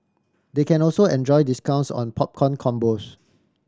they can also enjoy discounts on popcorn combos